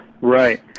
Right